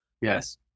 Yes